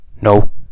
No